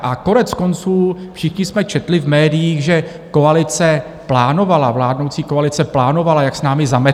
A koneckonců všichni jsme četli v médiích, že koalice plánovala, vládnoucí koalice plánovala, jak s námi zamete.